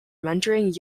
mentoring